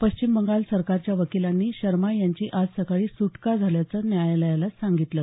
पश्चिम बंगाल सरकारच्या वकिलांनी शर्मा यांची आज सकाळी सुटका झाल्याचं न्यायालयाला सांगितलं